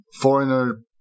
foreigner